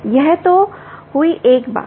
यह तो हुई एक बात